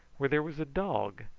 where there was a dog,